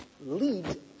lead